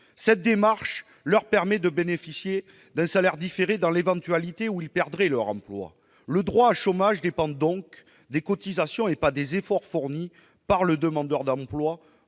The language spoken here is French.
Cette démarche leur permet de bénéficier d'un salaire différé, disponible dans l'éventualité où ils perdraient leur emploi. Le droit à l'allocation chômage dépend donc des cotisations, et pas des efforts fournis par les demandeurs d'emploi